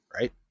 right